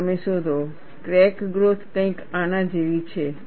અને તમે શોધો ક્રેક ગ્રોથ કંઈક આના જેવી છે